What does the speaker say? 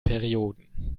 perioden